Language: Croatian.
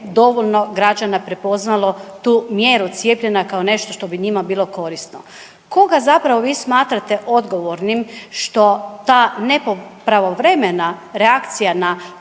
dovoljno građana prepoznalo tu mjeru cijepljenja kao nešto što bi njima bilo korisno. Koga zapravo vi smatrate odgovornim što ta nepravovremena reakcija na